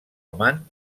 amant